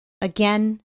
again